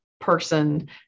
person